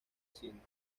hacienda